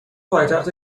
پایتخت